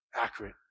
accurate